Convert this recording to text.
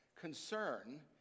concern